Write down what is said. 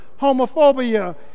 homophobia